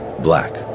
black